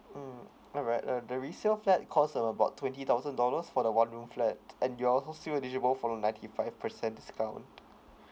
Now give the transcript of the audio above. mm alright uh the resale flat cost about twenty thousand dollars for the one room flat and you're also still eligible for the ninety five percent discount